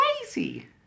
crazy